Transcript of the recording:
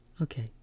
Okay